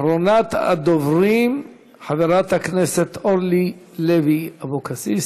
אחרונת הדוברים, חברת הכנסת אורלי לוי אבקסיס.